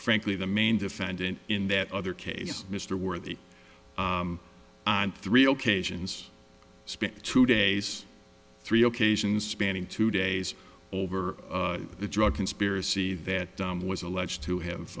frankly the main defendant in that other case mr worthy on three occasions spent two days three occasions spanning two days over the drug conspiracy that dumb was alleged to have